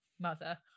mother